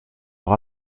leur